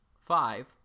Five